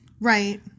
Right